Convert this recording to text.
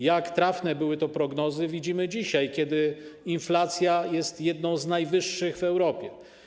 Jak trafne były to prognozy, widzimy dzisiaj, kiedy inflacja jest jedną z najwyższych w Europie.